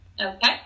Okay